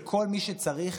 לכל מי שצריך,